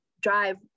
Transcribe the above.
drive